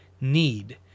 need